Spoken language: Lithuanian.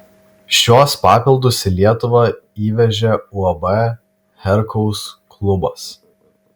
šiuos papildus į lietuvą įvežė uab herkaus klubas